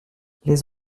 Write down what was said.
les